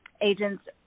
agents